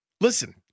Listen